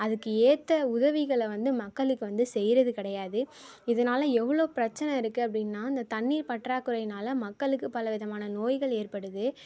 அதுக்கு ஏற்ற உதவிகளை வந்து மக்களுக்கு வந்து செய்கிறது கிடையாது இதனால் எவ்வளோ பிரச்சின இருக்குது அப்படினா அந்த தண்ணீர் பற்றாக்குறையினால் மக்களுக்கு பல விதமான நோய்கள் ஏற்படுது